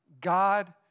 God